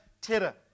terror